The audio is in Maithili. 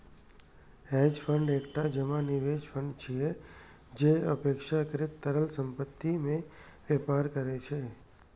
हेज फंड एकटा जमा निवेश फंड छियै, जे अपेक्षाकृत तरल संपत्ति मे व्यापार करै छै